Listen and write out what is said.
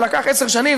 זה לקח עשר שנים,